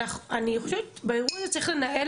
אני חושבת שבאירוע הזה צריך לנהל